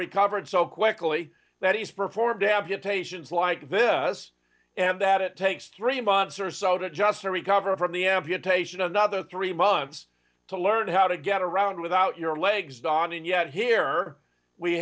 recovered so quickly that he's performed deputations like this and that it takes three months or so to just to recover from the amputation another three months to learn how to get around without your legs don and yet here we